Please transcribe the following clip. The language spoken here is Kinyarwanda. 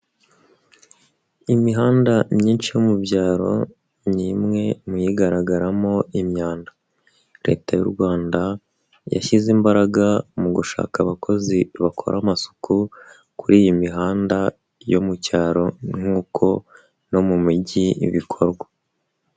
Imihanda myinshi yo mu byaro ni imwe mu igaragaramo imyanda, Leta y'u Rwanda yashyize imbaraga mu gushaka abakozi bakora amasuku kuri iyi mihanda yo mu cyaro nk'uko no mu mijyi bikorwa.